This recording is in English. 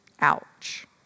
Ouch